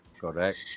correct